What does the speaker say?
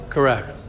Correct